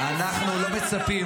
איפה אתה חי --- אנחנו לא מצפים,